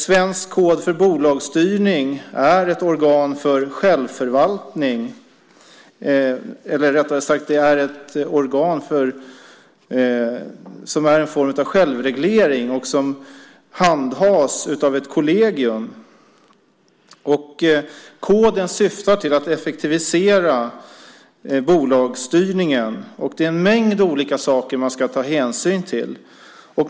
Svensk kod för bolagsstyrning är en form av självreglering som handhas av ett kollegium. Koden syftar till att effektivisera bolagsstyrningen. Det är en mängd olika saker man ska hänsyn till.